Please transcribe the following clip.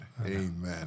Amen